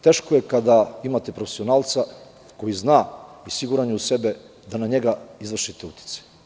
Teško je kada imate profesionalca koji zna i siguran je u sebe, da na njega izvršite uticaj.